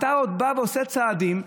אתה בא ועושה צעדים,